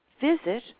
visit